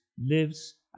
lives